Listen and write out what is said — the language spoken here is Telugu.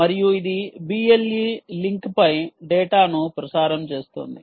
మరియు ఇది BLE లింక్పై డేటాను ప్రసారం చేస్తుంది